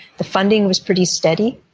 the funding was pretty steady,